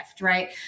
right